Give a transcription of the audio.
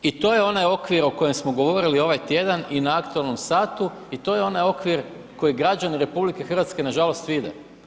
I to je onaj okvir o kojem smo govorili ovaj tjedan i na aktualnom satu i to je onaj okvir koji građani RH nažalost vide.